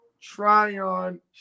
Tryon